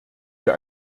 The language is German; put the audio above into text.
wir